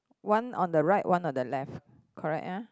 one on the right one on the left